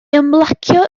ymlacio